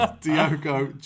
Diogo